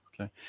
Okay